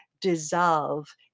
dissolve